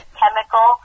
chemical